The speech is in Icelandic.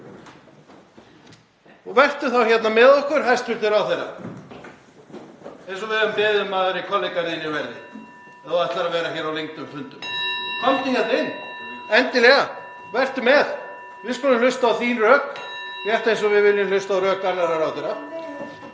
Vertu þá hérna með okkur hæstv. ráðherra, eins og við höfum beðið um aðrir kollegar þínir séu, ef þú ætlar að vera á lengdum fundum. Komdu hérna inn, endilega. Vertu með. Við skulum hlusta á þín rök rétt eins og við viljum hlusta á rök annarra ráðherra.